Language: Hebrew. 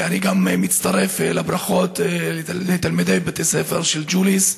גם אני מצטרף לברכות לתלמידי בתי הספר של ג'וליס.